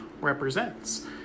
represents